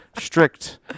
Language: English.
strict